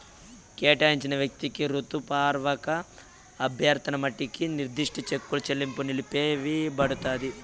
కేటాయించిన వ్యక్తికి రాతపూర్వక అభ్యర్థన మట్టికి నిర్దిష్ట చెక్కుల చెల్లింపు నిలిపివేయబడతాంది